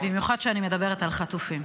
במיוחד כשאני מדברת על חטופים.